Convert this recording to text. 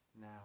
now